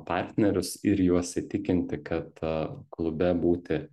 partnerius ir juos įtikinti kad klube būti